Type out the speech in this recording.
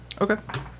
Okay